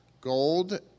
gold